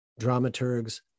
dramaturgs